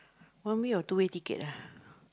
one way or two way ticket ah